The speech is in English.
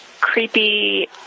Creepy